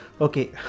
Okay